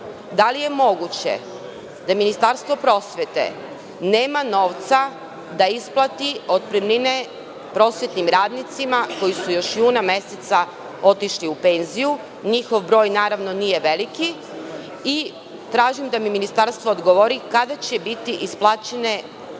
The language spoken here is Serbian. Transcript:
Da li je moguće da Ministarstvo prosvete nema novca da isplati otpremnine prosvetnim radnicima koji su još juna meseca otišli u penziju? Njihov broj nije veliki. Tražim da mi Ministarstvo odgovori kada će biti isplaćene